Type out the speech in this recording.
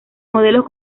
modelos